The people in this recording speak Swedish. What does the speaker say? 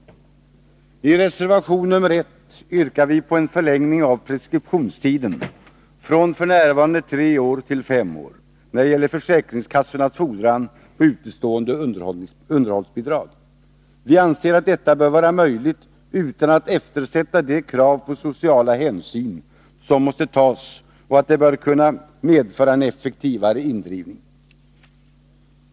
I reservation nr 1 yrkar vi på en förlängning av preskriptionstiden från f. n. tre år till fem år när det gäller försäkringskassornas fordran på utestående underhållsbidrag. Vi anser att det bör vara möjligt att införa en sådan förlängning utan att man eftersätter de sociala hänsyn som måste tas och att det bör kunna medföra en effektivare indrivning.